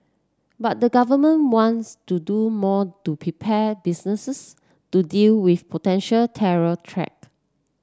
but the government wants to do more to prepare businesses to deal with potential terror threat